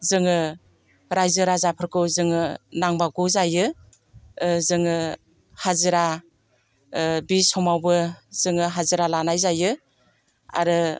जोङो राइजो राजाफोरखौ जोङो नांबावगौ जायो जोङो हाजिरा बि समावबो जोङो हाजिरा लानाय जायो आरो